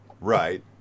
Right